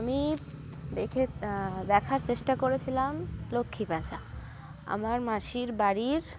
আমি দেখে দেখার চেষ্টা করেছিলাম লক্ষ্মী প্যাঁচা আমার মাসির বাড়ির